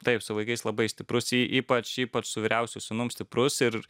taip su vaikais labai stiprus y ypač ypač su vyriausiu sūnumi stiprus ir